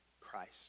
Christ